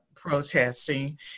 protesting